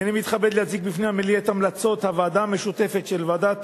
הנני מתכבד להציג בפני המליאה את המלצות הוועדה המשותפת של ועדת